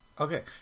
Okay